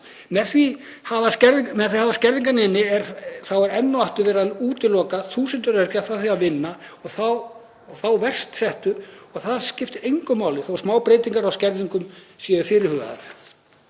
Með því að hafa skerðingarnar inni er enn og aftur verið að útiloka þúsundir öryrkja frá því að vinna, þá verst settu, og það skiptir engu máli þótt smábreytingar á skerðingum séu fyrirhugaðar.